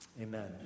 Amen